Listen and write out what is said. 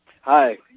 Hi